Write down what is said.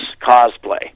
cosplay